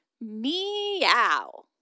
Meow